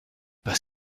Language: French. pas